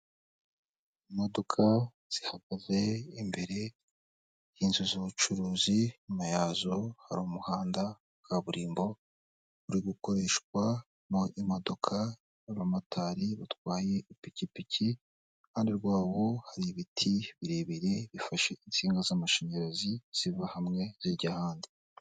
Imodoka zihagaze imbere y'inzu z'ubucuruzi, inyuma yazo hari umuhanda wa kaburimbo uri gukoreshwamo imodoka, abamotari batwaye ipikipiki iruhande rwabo hari ibiti birebire bifashe insinga z'amashanyarazi ziva hamwe zijya ahandi.